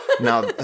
Now